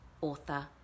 Author